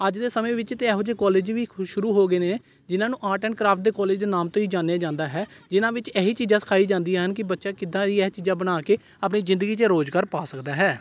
ਅੱਜ ਦੇ ਸਮੇਂ ਵਿੱਚ ਤਾਂ ਇਹੋ ਜਿਹੇ ਕਾਲਜ ਵੀ ਖੁ ਸ਼ੁਰੂ ਹੋ ਗਏ ਨੇ ਜਿਹਨਾਂ ਨੂੰ ਆਰਟ ਐਂਡ ਕ੍ਰਾਫਟ ਦੇ ਕਾਲਜ ਦੇ ਨਾਮ ਤੋਂ ਹੀ ਜਾਣਿਆ ਜਾਂਦਾ ਹੈ ਜਿਹਨਾਂ ਵਿੱਚ ਇਹੀ ਚੀਜ਼ਾਂ ਸਿਖਾਈ ਜਾਂਦੀਆਂ ਹਨ ਕਿ ਬੱਚਾ ਕਿੱਦਾਂ ਵੀ ਇਹ ਚੀਜ਼ਾਂ ਬਣਾ ਕੇ ਆਪਣੀ ਜ਼ਿੰਦਗੀ 'ਚ ਰੁਜ਼ਗਾਰ ਪਾ ਸਕਦਾ ਹੈ